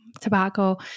tobacco